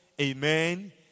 Amen